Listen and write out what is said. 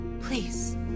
please